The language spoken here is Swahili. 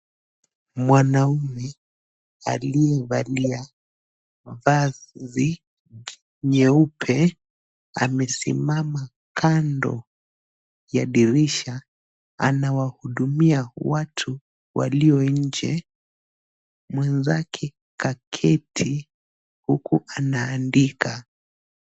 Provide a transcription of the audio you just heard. Mwanaume aliyevalia vazi nyeupe amesimama kando ya dirisha. Anawahudumia watu walio nje. Mwenzake kaketi huku anaandika.